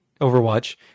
overwatch